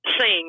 sing